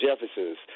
Jefferson's